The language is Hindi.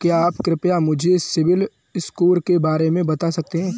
क्या आप कृपया मुझे सिबिल स्कोर के बारे में बता सकते हैं?